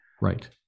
Right